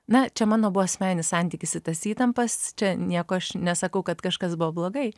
na čia mano buvo asmeninis santykis į tas įtampas čia nieko aš nesakau kad kažkas buvo blogai